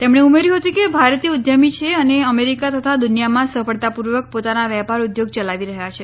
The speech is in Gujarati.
તેમણે ઉમેર્યું હતું કે ભારતીયો ઉદ્યમી છે અને અમેરિકા તથા દુનિયામાં સફળતાપૂર્વક પોતાના વેપાર ઉદ્યોગ ચલાવી રહ્યા છે